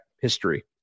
history